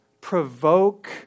provoke